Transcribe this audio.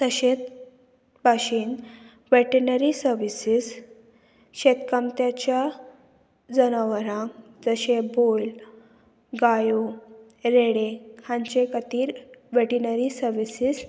तशेंच भाशेन veterinary services शेतकामत्याच्या जनावरांक जशें बैल गायो रेडे हांचे खातीर वेटेनरी सर्विसीस